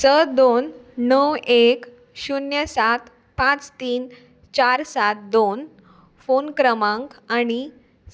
स दोन णव एक शुन्य सात पांच तीन चार सात दोन फोन क्रमांक आनी